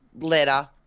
letter